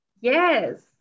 Yes